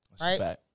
right